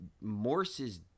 Morse's